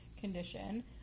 condition